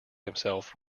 himself